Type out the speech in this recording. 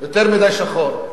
יותר מדי שחור.